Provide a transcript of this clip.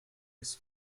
his